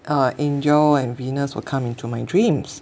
a angel and venus will come into my dreams